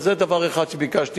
אבל זה דבר אחד שביקשתי,